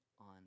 on